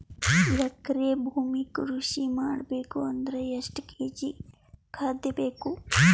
ಎಕರೆ ಭೂಮಿ ಕೃಷಿ ಮಾಡಬೇಕು ಅಂದ್ರ ಎಷ್ಟ ಕೇಜಿ ಖಾದ್ಯ ಬೇಕು?